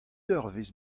eurvezh